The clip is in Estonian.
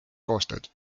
koostööd